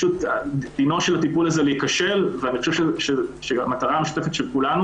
דינו של הטיפול הזה להיכשל והמטרה המשותפת של כולנו